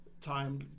time